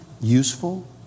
useful